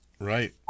Right